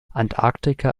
antarktika